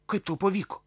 kaip tau pavyko